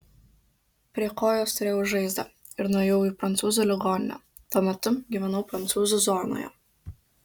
prie kojos turėjau žaizdą ir nuėjau į prancūzų ligoninę tuo metu gyvenau prancūzų zonoje